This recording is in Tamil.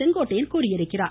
செங்கோட்டையன் தெரிவித்துள்ளார்